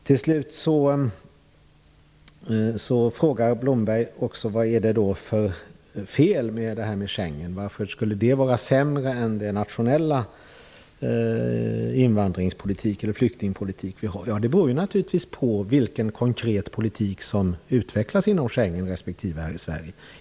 Till slut frågar Blomberg vad det är för fel med Schengenavtalet, varför det skulle medföra sämre invandrings och flyktingpolitik än den nationella som vi har. Det beror naturligtvis på vilken konkret politik som utvecklas inom Schengen respektive i Sverige.